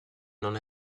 non